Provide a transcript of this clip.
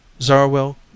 Zarwell